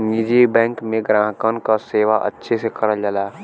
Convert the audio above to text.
निजी बैंक में ग्राहकन क सेवा अच्छे से करल जाला